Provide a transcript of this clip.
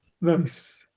Nice